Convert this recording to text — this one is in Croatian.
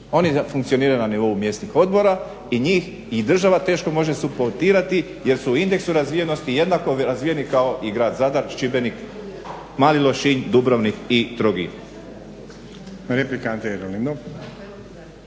Oni funkcioniraju na nivou mjesnih odbora i njih i država teško može supbotirati jer su indeksu razvijenosti jednako razvijeni kao i grad Zadar, Šibenik, Mali Lošinj, Dubrovnik i Trogir.